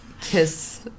kiss